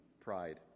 pride